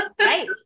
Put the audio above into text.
Right